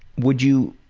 would you